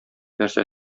нәрсә